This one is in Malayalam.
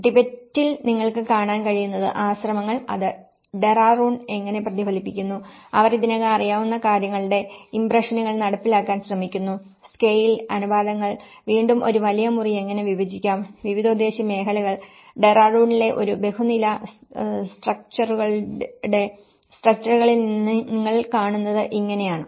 ടിബറ്റിൽ നിങ്ങൾക്ക് കാണാൻ കഴിയുന്നത് ആശ്രമങ്ങൾ അത് ഡെറാഡൂണിൽ എങ്ങനെ പ്രതിഫലിക്കുന്നു അവർ ഇതിനകം അറിയാവുന്ന കാര്യങ്ങളുടെ ഇംപ്രഷനുകൾ നടപ്പിലാക്കാൻ ശ്രമിക്കുന്നു സ്കെയിൽ അനുപാതങ്ങൾ വീണ്ടും ഒരു വലിയ മുറി എങ്ങനെ വിഭജിക്കാം വിവിധോദ്ദേശ്യ മേഖലകൾ ഡെറാഡൂണിലെ ഒരു ബഹുനില സ്ട്രക്ച്ചറുകളിൽ നിങ്ങൾ കാണുന്നത് ഇങ്ങനെയാണ്